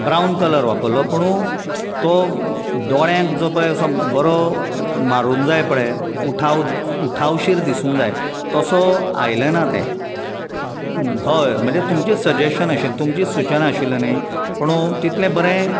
brown colour वापरलो पुण तो दोळ्यांक जो पळय बरो मारूंक जाय पळय उठाव उठावशीर दिसूंक जाय तो तसो आयलें ना तें हय म्हणजें तुमचें सजेशन आशिल्लें तुमचें सुचना आशिल्लें नी पुण तितलें बरें